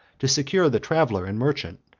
to secure the traveller and merchant,